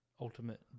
Ultimate